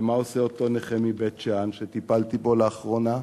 ומה עושה אותו נכה מבית-שאן שטיפלתי בו לאחרונה?